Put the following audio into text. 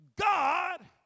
God